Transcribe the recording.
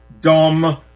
dumb